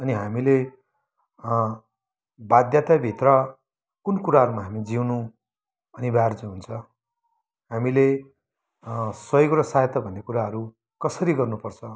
अनि हामीले बाध्यताभित्र कुन कुराहरूमा हामी जिउनु अनिवार्य हुन्छ हामीले सहयोग र सहायता भन्ने कुराहरू कसरी गर्नु पर्छ